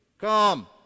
come